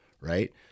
right